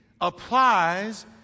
applies